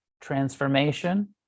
Transformation